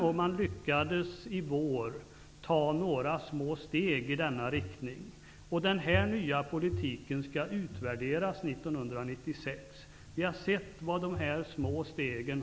I våras lyckades man att ta några små steg i denna riktning. Den nya politiken skall utvärderas 1996. Vi har sett protesterna mot de här små stegen.